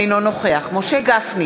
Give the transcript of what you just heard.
אינו נוכח משה גפני,